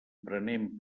prenem